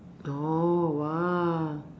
oh !woah!